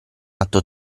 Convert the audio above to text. atto